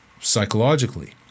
psychologically